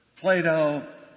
Plato